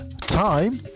time